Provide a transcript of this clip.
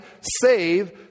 save